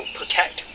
protect